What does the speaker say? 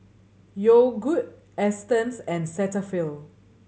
Yogood Astons and Cetaphil